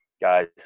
guys